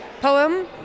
Poem